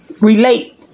relate